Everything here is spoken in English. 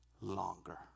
longer